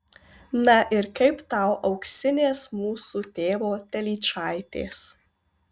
na ir kaip tau auksinės mūsų tėvo telyčaitės